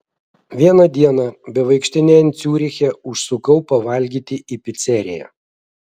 vieną dieną bevaikštinėjant ciuriche užsukau pavalgyti į piceriją